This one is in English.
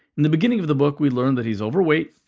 in the beginning of the book, we learn that he's overweight,